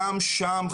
גם שם,